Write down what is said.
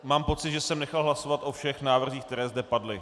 Mám pocit, že jsem nechal hlasovat o všech návrzích, které zde padly.